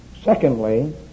Secondly